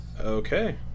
Okay